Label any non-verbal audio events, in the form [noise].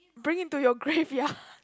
bring it to your graveyard [laughs]